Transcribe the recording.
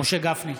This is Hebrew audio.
משה גפני,